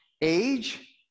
age